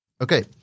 Okay